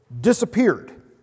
disappeared